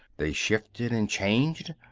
they shifted and changed.